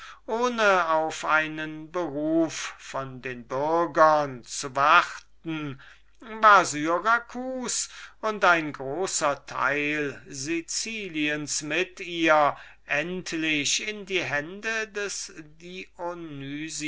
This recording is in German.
ohne auf einen beruf von den bürgern zu warten war syracus und ein großer teil siciliens mit ihr endlich in die hände des